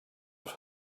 have